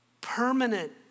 permanent